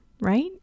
right